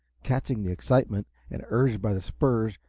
catching the excitement and urged by the spurs,